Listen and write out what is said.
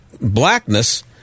blackness